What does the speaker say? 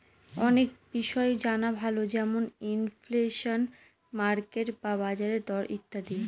অনেক বিষয় জানা ভালো যেমন ইনফ্লেশন, মার্কেট বা বাজারের দর ইত্যাদি